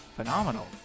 Phenomenal